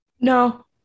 No